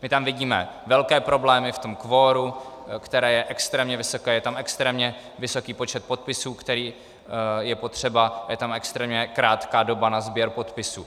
My tam vidíme velké problémy v tom kvoru, které je extrémně vysoké, je tam extrémně vysoký počet podpisů, který je potřeba, je tam extrémně krátká doba na sběr podpisů.